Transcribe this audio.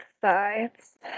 sides